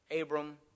Abram